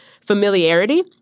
familiarity